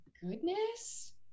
goodness